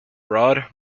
broad